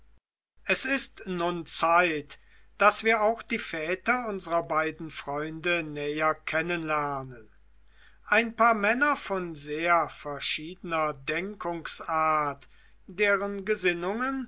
es ist nun zeit daß wir auch die väter unsrer beiden freunde näher kennenlernen ein paar männer von sehr verschiedener denkungsart deren gesinnungen